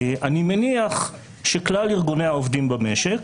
אני מניח שכלל ארגוני העובדים במשק